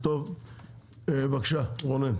בבקשה, רונן.